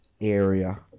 area